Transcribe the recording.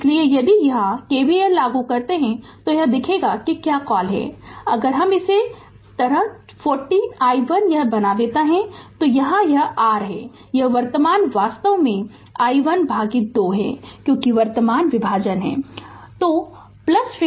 इसलिए यदि यहां KVL लागू करते हैं तो यह दिखेगा कि क्या कॉल है अगर मैं इसे इस तरह 40 i1 यह बना देता हूं और यहां यह आर है यह वर्तमान वास्तव में i1 भागित 2 है क्योंकि वर्तमान विभाजन है